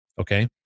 Okay